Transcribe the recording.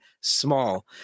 small